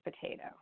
potato